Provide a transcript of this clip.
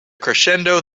crescendo